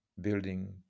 building